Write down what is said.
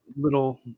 little